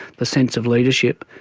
the sense of leadership,